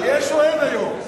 יש או אין היום?